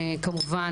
כמובן,